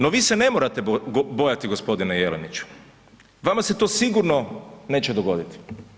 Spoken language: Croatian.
No, vi se ne morati bojati gospodine Jeleniću, vama se to sigurno neće dogoditi.